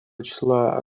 числа